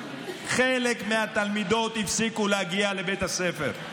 חלק מהתלמידות הפסיקו להגיע לבית הספר.